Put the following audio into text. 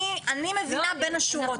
אני מבינה בין השורות.